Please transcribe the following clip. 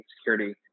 security